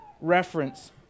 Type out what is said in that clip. reference